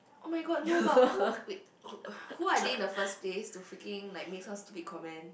oh-my-god no but who wait who are they in the first place to freaking like make some stupid comments